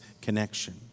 connection